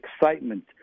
excitement